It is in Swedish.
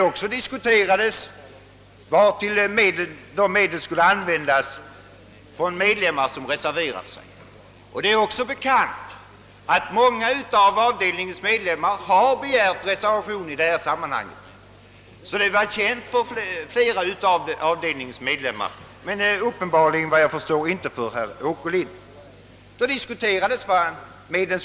Några av avdelningens medlemmar hade nämligen reserverat sig, vilket visar att de kände till den beslutade anslutningen — men uppenbarligen gjorde inte herr Åkerlind det.